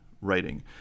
writing